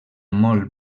molt